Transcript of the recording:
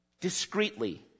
discreetly